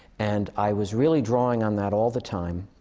and i was really drawing on that all the time.